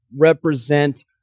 represent